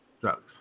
drugs